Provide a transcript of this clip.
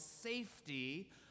safety